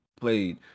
played